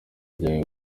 ryayo